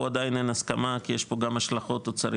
פה עדיין אין הסכמה כי יש פה גם השלכות אוצריות,